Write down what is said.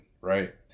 right